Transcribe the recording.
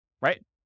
right